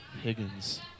Higgins